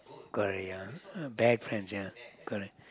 correct ya bad friends ya correct